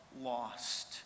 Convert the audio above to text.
Lost